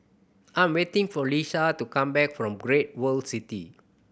I am waiting for Leisha to come back from Great World City